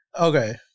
Okay